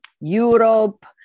Europe